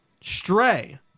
Stray